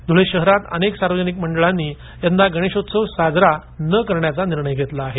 ध्रळे शहरात अनेक सार्वजनिक मंडळांनी यंदा गणेशोत्सव साजरा न करण्याचा निर्णय घेतला आहे